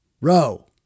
row